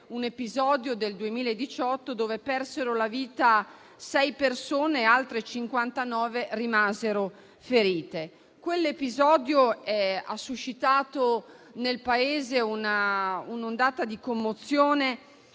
un episodio del 2018 dove persero la vita sei persone e altre 59 rimasero ferite. Quell'episodio ha suscitato nel Paese un'ondata di commozione,